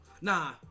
Nah